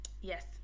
yes